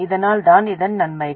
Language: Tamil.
அதனால் தான் இதன் நன்மைகள்